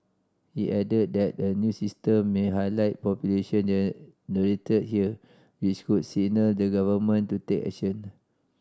he added that a new system may highlight pollution generate here which could signal the Government to take action